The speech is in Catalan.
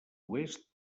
oest